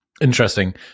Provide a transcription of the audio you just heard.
Interesting